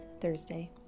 Thursday